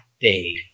day